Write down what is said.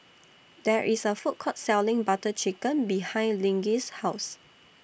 There IS A Food Court Selling Butter Chicken behind Lige's House